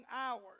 hours